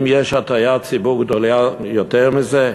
האם יש הטעיית ציבור גדולה יותר מזה?